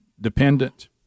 dependent